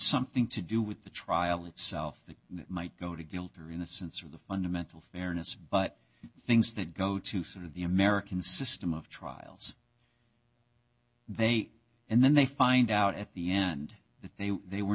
something to do with the trial itself that might go to guilt or innocence or the fundamental fairness but things that go to sort of the american system of trials they and then they find out at the end that they they were